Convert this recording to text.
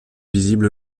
visibles